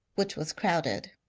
which was crowded.